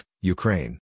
Ukraine